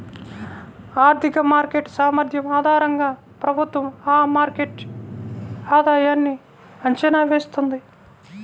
ఆర్థిక మార్కెట్ సామర్థ్యం ఆధారంగా ప్రభుత్వం ఆ మార్కెట్ ఆధాయన్ని అంచనా వేస్తుంది